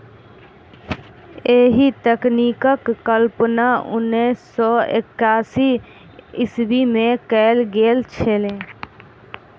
एहि तकनीकक कल्पना उन्नैस सौ एकासी ईस्वीमे कयल गेल छलै